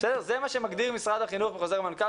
זה מה שמגדיר משרד החינוך בחוזר המנכ"ל